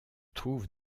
trouve